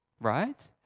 Right